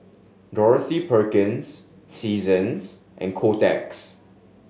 Dorothy Perkins Seasons and Kotex